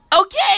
Okay